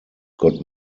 got